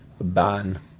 Ban